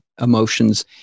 Emotions